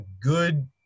good